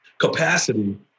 capacity